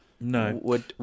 No